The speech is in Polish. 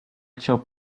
chciał